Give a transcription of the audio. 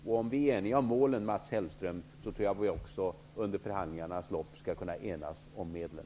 Om vi är eniga om målen, Mats Hellström, tror jag också att vi under förhandlingarnas lopp skall kunna enas om medlen.